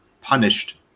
punished